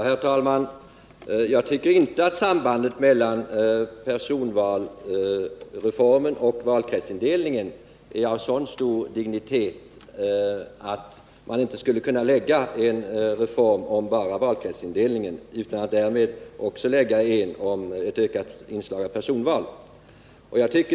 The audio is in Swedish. Herr talman! Jag tycker inte att sambandet mellan personvalsreformen och valkretsindelningen är av så hög dignitet att man inte skulle kunna föreslå enbart en reform av valkretsindelningen, alltså utan att det också läggs fram ett förslag om ökat inslag av personval.